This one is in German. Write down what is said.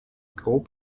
grob